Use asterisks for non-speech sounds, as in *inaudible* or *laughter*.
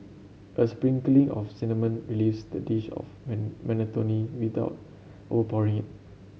a sprinkling of cinnamon relieves the dish of *unintelligible* monotony without overpowering it